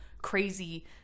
crazy